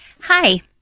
Hi